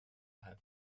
have